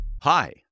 Hi